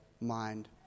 mind